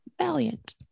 Valiant